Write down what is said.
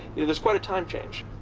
it is quite a time change.